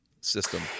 system